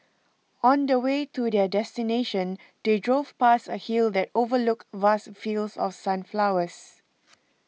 on the way to their destination they drove past a hill that overlooked vast fields of sunflowers